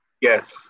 Yes